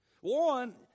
One